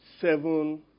seven